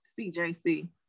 CJC